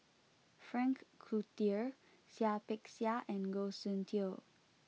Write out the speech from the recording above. Frank Cloutier Seah Peck Seah and Goh Soon Tioe